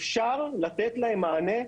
אפשר לתת להם מענה מיידי,